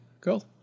Cool